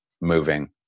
moving